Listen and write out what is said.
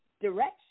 direction